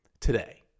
today